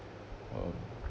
um